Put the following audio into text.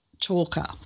talker